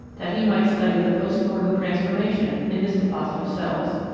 that he might study the post-mortem transformation in this deposit of cells.